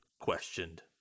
Questioned